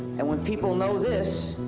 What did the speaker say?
and when people know this,